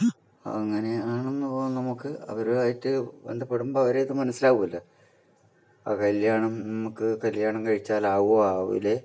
അങ്ങനേയാണെന്ന് തോന്നുന്നു നമുക്ക് അവരുമായിട്ട് ബന്ധപ്പെടുമ്പോൾ അവരെ ഒക്കെ മനസ്സിലാകുമല്ലോ ആ കല്ല്യാണം നമുക്ക് കല്ല്യാണം കഴിച്ചാൽ ആകുമോ ആകില്ലേ